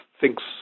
thinks